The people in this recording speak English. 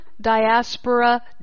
diaspora